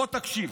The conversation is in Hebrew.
בוא תקשיב,